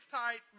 tight